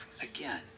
Again